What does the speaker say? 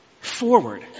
Forward